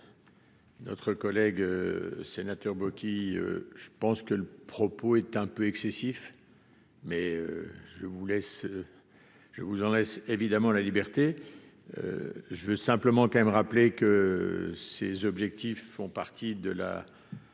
notre collègue sénateur, je pense que le propos est un peu excessif, mais je vous laisse, je vous en laisse évidemment la liberté, je veux simplement quand même rappeler que ces objectifs font partie de la